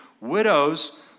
Widows